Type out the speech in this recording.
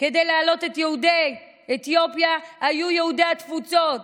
כדי להעלות את יהודי אתיופיה היו יהודי התפוצות,